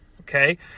okay